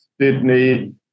Sydney